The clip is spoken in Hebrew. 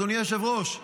אדוני היושב-ראש: